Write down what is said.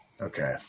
okay